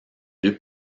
deux